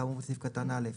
כאמור בסעיף קטן (א),